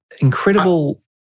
Incredible